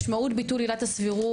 משמעות ביטול עילת הסבירות,